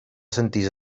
sentir